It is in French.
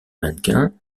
mannequins